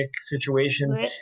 situation